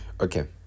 Okay